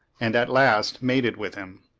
and at last mated with him.